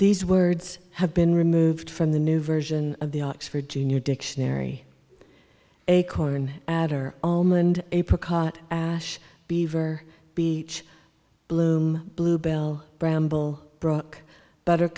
these words have been removed from the new version of the oxford junior dictionary acorn adder omened apricot ash beaver b bloom bluebell bramble broke butter